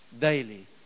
Daily